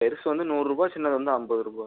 பெரிசு வந்து நூறுரூபா சின்னது வந்து ஐம்பது ருபா